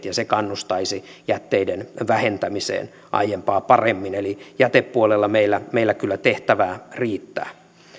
ja se kannustaisi jätteiden vähentämiseen aiempaa paremmin eli jätepuolella meillä meillä kyllä tehtävää riittää